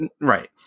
Right